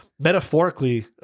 metaphorically